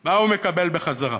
מה הוא מקבל בחזרה,